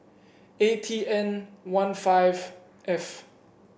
A T N one five F